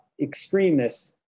extremists